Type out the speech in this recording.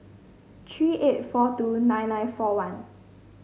three eight four two nine nine four one